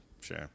sure